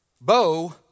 Bo